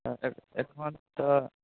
तऽ एखन तऽ